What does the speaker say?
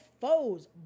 foes